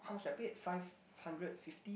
how much I pay five hundred fifty